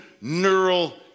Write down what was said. neural